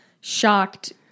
shocked